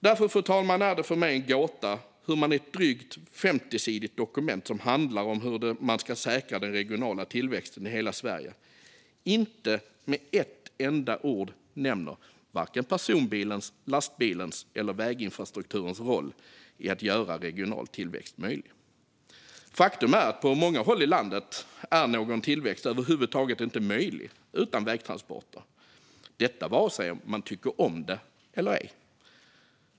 Därför, fru talman, är det för mig en gåta att man i ett drygt 50-sidigt dokument som handlar om hur den regionala tillväxten i hela Sverige ska säkras inte med ett enda ord nämner vare sig personbilens, lastbilens eller väginfrastrukturens roll i att göra regional tillväxt möjlig. Faktum är att på många håll i landet är tillväxt över huvud taget inte möjlig utan vägtransporter, och detta vare sig man tycker om det eller ej.